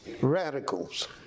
radicals